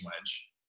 wedge